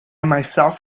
myself